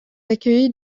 accueilli